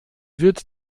wird